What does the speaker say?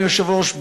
אדוני היושב-ראש,